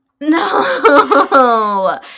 No